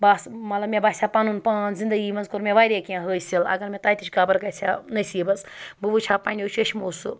بَس مطلب مےٚ باسہِ ہا پَنُن پان زِندگی منٛز کوٚر مےٚ واریاہ کینٛہہ حٲصِل اگر مےٚ تَتِچ قبر گژھِ ہا نٔصیٖبَس بہٕ وٕچھِ ہا پنٛنیو چٔشمو سُہ